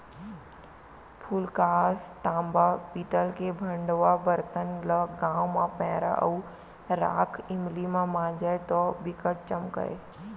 फूलकास, तांबा, पीतल के भंड़वा बरतन ल गांव म पैरा अउ राख इमली म मांजय तौ बिकट चमकय